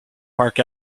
park